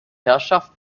herrschaft